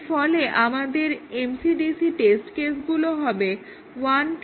এরফলে আমাদের MCDC test কেসগুলো হবে 1 2 3 4 এবং 7